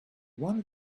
wanted